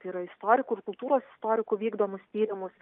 tai yra istorikų ir kultūros istorikų vykdomus tyrimus